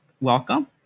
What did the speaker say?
welcome